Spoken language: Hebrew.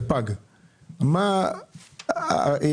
אז פוקעת הוראת השעה.